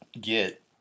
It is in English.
get